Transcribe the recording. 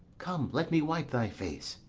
come, let me wipe thy face.